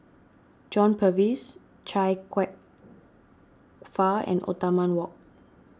John Purvis Chia Kwek Fah and Wok